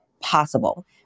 possible